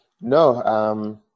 No